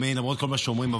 למרות כל מה שאומרים,